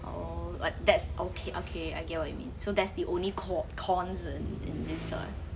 oh uh that's okay okay I get what you mean so that's the only co~ cons~ and in this [one]